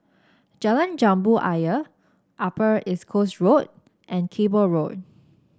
Jalan Jambu Ayer Upper East Coast Road and Cable Road